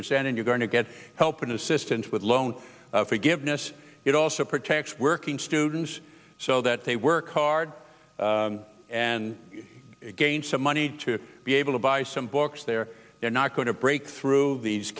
percent and you're going to get help and assistance with loan forgiveness it also protects working students so that they work hard and gain some money to be able to buy some books there they're not going to break through these